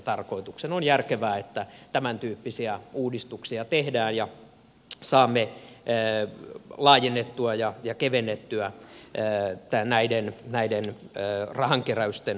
on järkevää että tämäntyyppisiä uudistuksia tehdään ja saamme laajennettua ja kevennettyä näiden rahankeräysten järjestämistä